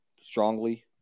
strongly